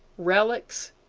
relics,